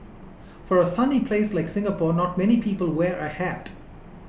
for a sunny place like Singapore not many people wear a hat